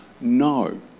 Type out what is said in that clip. no